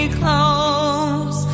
close